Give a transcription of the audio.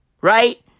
Right